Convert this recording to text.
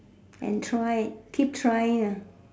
and try keep trying ah